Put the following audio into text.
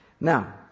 Now